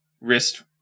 Wrist